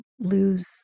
Lose